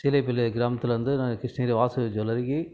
சீலைப்பள்ளி கிராமத்தில் இருந்து நான் கிருஷ்ணகிரி வாசு ஜுவல்லரிக்கு